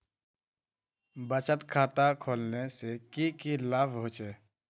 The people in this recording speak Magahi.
बचत खाता खोलने से की की लाभ होचे?